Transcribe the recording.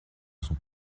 sont